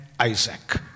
Isaac